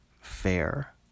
fair